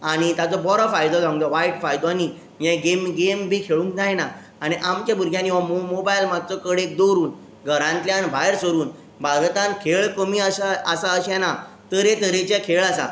आनी ताजो बरो फायदो जावंक जाय वायट फायदो न्ही हे गेम गेम बी खेळूंक जायना आनी आमच्या भुरग्यांनी वो मो मोबायल मातसो कडेक दवरून घरांतल्यान भायर सरून भारतान खेळ कमी आशा आसा अशें ना तरे तरेचे खेळ आसा